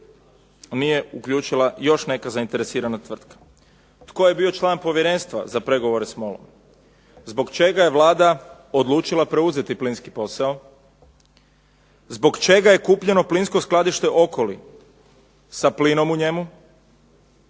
nije uključila još neka zainteresirana tvrtka? Tko je bio član povjerenstva za pregovore sa MOL-om? Zbog čega je Vlada odlučila preuzeti plinski posao? Zbog čega je kupljeno plinsko skladište Okoli sa plinom u njemu?